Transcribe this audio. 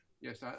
Yes